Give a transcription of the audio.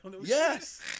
Yes